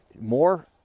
more